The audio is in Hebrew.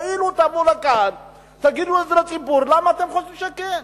תואילו לבוא לכאן ותגידו לציבור למה אתם חושבים שכן.